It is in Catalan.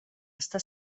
està